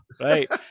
Right